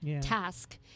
task